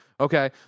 okay